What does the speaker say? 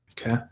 okay